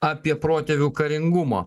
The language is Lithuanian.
apie protėvių karingumą